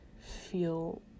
feel